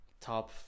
top